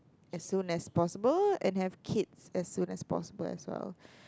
as soon as possible and have kids as soon as possible as well